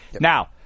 Now